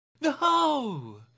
No